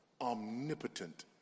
omnipotent